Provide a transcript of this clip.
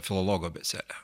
filologo abėcėle